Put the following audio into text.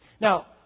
Now